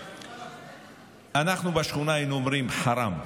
אנחנו בשכונה היינו אומרים "חראם".